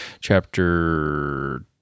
chapter